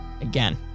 again